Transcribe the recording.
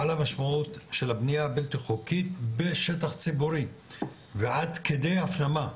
על המשמעות של הבנייה הבלתי חוקית בשטח ציבורי ועד כדי הפנמה,